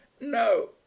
no